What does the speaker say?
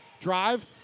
drive